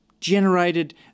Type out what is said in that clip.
generated